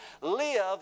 live